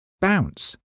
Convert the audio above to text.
Bounce